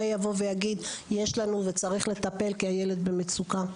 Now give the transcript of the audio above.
יבוא ויגיד 'יש לנו וצריך לטפל כי הילד במצוקה'?